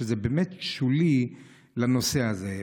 שזה באמת שולי לנושא הזה.